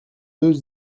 deux